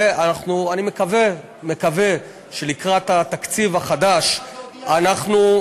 ואני מקווה שלקראת התקציב החדש אנחנו,